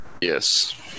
yes